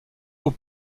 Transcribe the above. aux